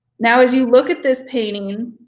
now, as you look at this painting,